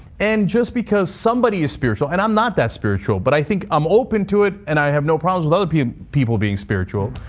and just because somebody is spiritual, and i'm not that spiritual. but i think i'm open to it and i have no problems of other people being spiritual.